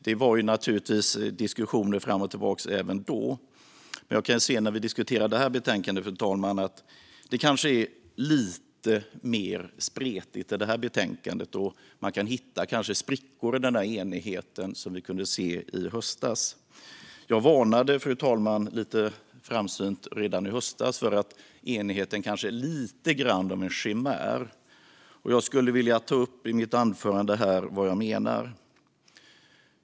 Det var naturligtvis diskussioner fram och tillbaka även då. Men jag kan se, fru talman, att det är lite mer spretigt när vi diskuterar detta betänkande. Man kan kanske hitta sprickor i den enighet vi kunde se i höstas. Jag varnade, fru talman, lite framsynt redan i höstas för att enigheten kanske är lite grann av en chimär. Jag skulle vilja ta upp här i mitt anförande vad jag menar.